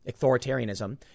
authoritarianism